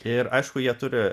ir aišku jie turi